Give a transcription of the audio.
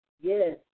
yes